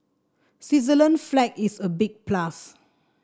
Switzerland's flag is a big plus